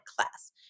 class